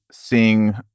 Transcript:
seeing